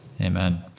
Amen